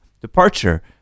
departure